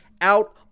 out